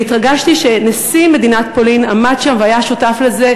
והתרגשתי שנשיא מדינת פולין עמד שם והיה שותף לזה,